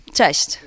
Cześć